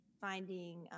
finding